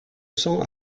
cents